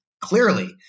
clearly